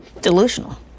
delusional